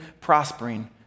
prospering